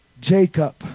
Jacob